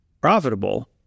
profitable